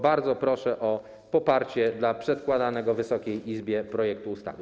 Bardzo proszę o poparcie dla przedkładanego Wysokiej Izbie projektu ustawy.